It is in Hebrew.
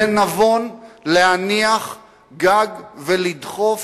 זה נבון להניח גג ולדחוף